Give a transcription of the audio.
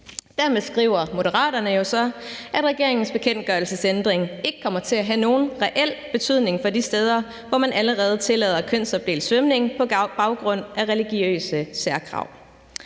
Dermed skriver Moderaterne jo så, at regeringens bekendtgørelsesændring ikke kommer til at have nogen reel betydning for de steder, hvor man allerede tillader kønsopdelt svømning på baggrund af religiøse særkrav.